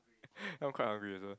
I'm quite hungry also